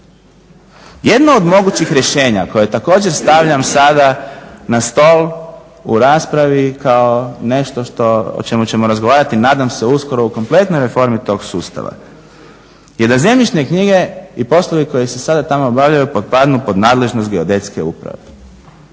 Jedno od mogućih rješenja koje također stavljam sada na stol u raspravi kao nešto što o čemu ćemo razgovarati, nadam se uskoro u kompletnoj reformi tog sustava, je da zemljišne knjige i poslovi koji se sada tamo obavljaju potpadnu pod nadležnost geodetske uprave